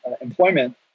employment